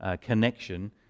connection